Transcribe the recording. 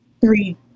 three